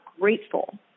grateful